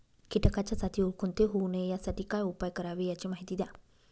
किटकाच्या जाती ओळखून ते होऊ नये यासाठी काय उपाय करावे याची माहिती द्या